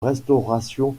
restauration